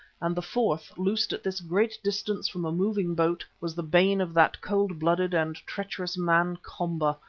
and the fourth, loosed at this great distance from a moving boat, was the bane of that cold-blooded and treacherous man, komba,